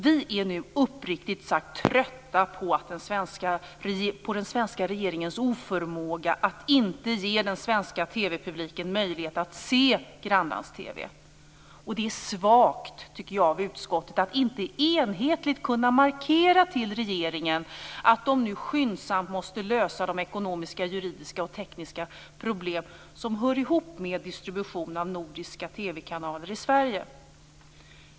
Vi är nu, uppriktigt sagt, trötta på den svenska regeringens oförmåga att inte ge den svenska TV publiken möjlighet att se grannlands-TV. Jag tycker att det är svagt av utskottet att inte enhetligt kunna markera till regeringen att man nu skyndsamt måste lösa de ekonomiska, juridiska och tekniska problem som hör ihop med distribution av nordiska TV kanaler i Sverige.